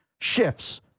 shifts